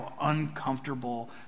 uncomfortable